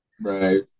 Right